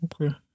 Okay